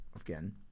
again